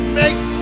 make